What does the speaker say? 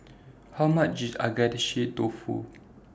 How much IS Agedashi Dofu